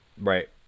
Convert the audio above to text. Right